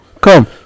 come